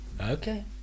okay